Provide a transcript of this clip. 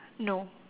no